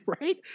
right